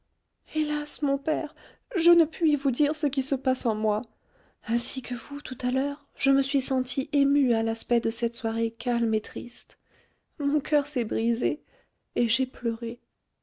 hélas mon père je ne puis vous dire ce qui se passe en moi ainsi que vous tout à l'heure je me suis sentie émue à l'aspect de cette soirée calme et triste mon coeur s'est brisé et j'ai pleuré